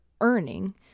earning